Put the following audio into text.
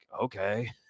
okay